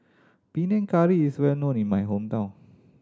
Panang Curry is well known in my hometown